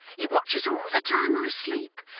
he watches all the time i sleep,